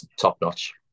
top-notch